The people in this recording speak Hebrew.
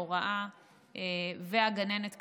ההוראה והגננת,